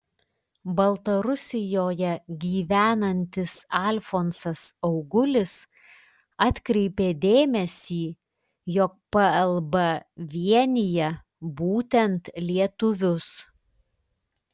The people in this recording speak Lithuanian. baltarusijoje gyvenantis alfonsas augulis atkreipė dėmesį jog plb vienija būtent lietuvius